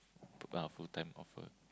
about full time offer